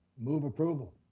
move approval.